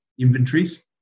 inventories